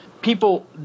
People